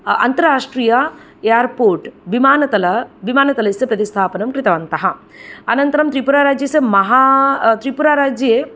आन्तरराष्ट्रिय airport विमानतल विमानतलस्य च प्रतिस्थापनं कृतवन्तः अनन्तरं त्रिपुराराज्यस्य महा त्रिपुराराज्ये